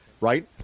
right